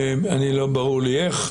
לא ברור לי איך.